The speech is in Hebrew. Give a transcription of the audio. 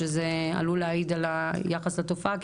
שזה עלול להעיד על היחס לתופעה,